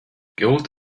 gold